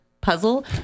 puzzle